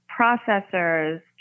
processors